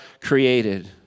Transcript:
created